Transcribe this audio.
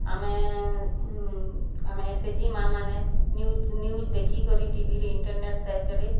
ଆମେ ଆମେ S H G ମା'ମାନେ ନ୍ୟୁଜ୍ ନ୍ୟୁଜ୍ ଦେଖିକରି ଟିଭିରେ ଇଣ୍ଟର୍ନେଟ୍ ସାହାଯ୍ୟରେ